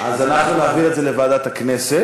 אז אנחנו נעביר את זה לוועדת הכנסת,